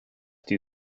die